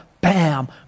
bam